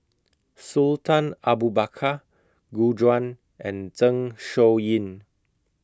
Sultan Abu Bakar Gu Juan and Zeng Shouyin